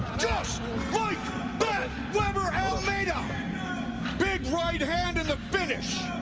like but weber almeida big right hand and the finish.